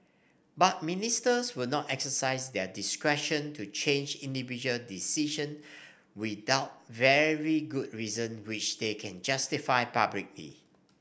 but Ministers will not exercise their discretion to change individual decision without very good reason which they can justify publicly